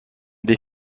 des